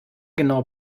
genau